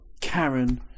Karen